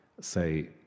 say